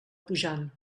pujant